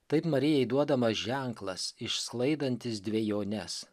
taip marijai duodamas ženklas išsklaidantis dvejones